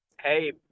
Hey